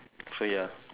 so ya